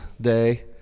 day